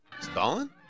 Stalin